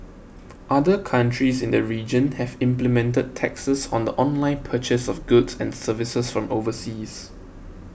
other countries in the region have implemented taxes on the online purchase of goods and services from overseas